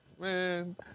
Man